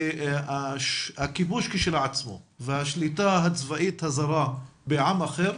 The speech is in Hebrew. שהכיבוש כשלעצמו והשליטה הצבאית הזרה בעם אחר,